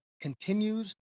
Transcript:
continues